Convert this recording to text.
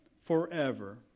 forever